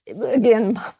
again